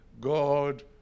God